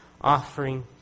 offering